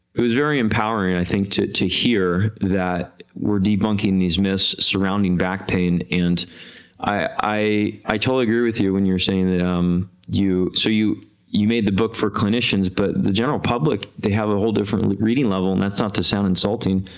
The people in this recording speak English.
it was very empowering i think to to hear that we are debunking these myths surrounding back pain, and i i totally agree with you when you're saying that um you so you made the book for clinicians, but the general public they have a whole different leading level, and that's not to sound insulting,